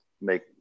make